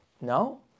No